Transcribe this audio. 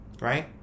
right